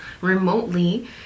remotely